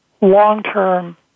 long-term